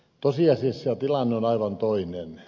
tosiasiassa tilanne on aivan toinen